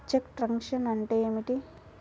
చెక్కు truncation అంటే ఏమిటి?